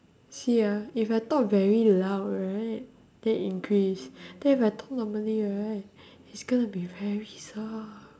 see ah if I talk very loud right then increase then if I talk normally right it's gonna be very soft